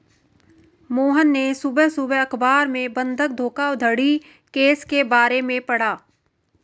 मोहन ने सुबह सुबह अखबार में बंधक धोखाधड़ी केस के बारे में पढ़ा